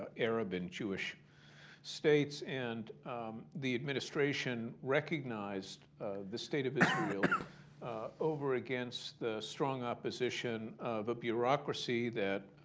arab and jewish states. and the administration recognized the state of israel over against the strong opposition of a bureaucracy that